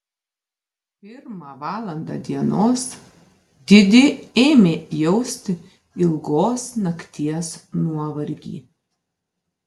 pirmą valandą dienos didi ėmė jausti ilgos nakties nuovargį